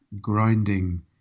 grinding